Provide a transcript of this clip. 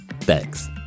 Thanks